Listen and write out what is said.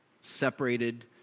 Separated